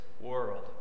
world